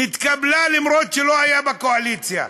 נתקבלה, אפילו שלא היה בקואליציה.